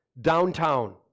downtown